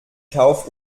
kauf